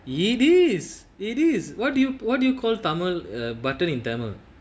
it is it is what do you what do you call tamil err button in tamil